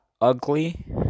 ugly